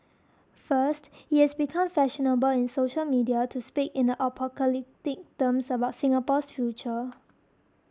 first it has become fashionable in social media to speak in apocalyptic terms about Singapore's future